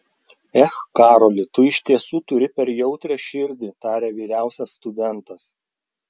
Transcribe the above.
ech karoli tu iš tiesų turi per jautrią širdį tarė vyriausias studentas